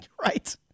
Right